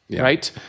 right